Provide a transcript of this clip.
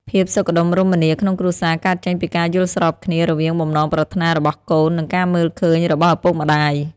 ភាពសុខដុមរមនាក្នុងគ្រួសារកើតចេញពីការយល់ស្របគ្នា រវាងបំណងប្រាថ្នារបស់កូន និងការមើលឃើញរបស់ឪពុកម្ដាយ។